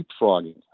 leapfrogging